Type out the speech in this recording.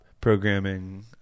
programming